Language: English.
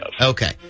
Okay